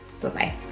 Bye-bye